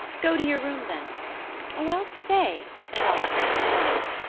go to your room then or else stay and i'll turn my back.